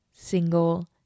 single